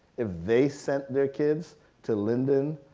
if they sent their kids to lyndon,